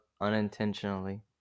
unintentionally